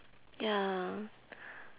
ya